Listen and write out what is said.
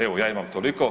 Evo ja imam toliko.